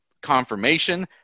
confirmation